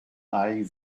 eyeing